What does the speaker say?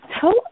Tell